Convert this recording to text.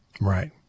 Right